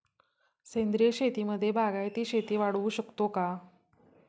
सेंद्रिय शेतीमध्ये बागायती शेती वाढवू शकतो का?